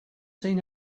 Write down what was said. seen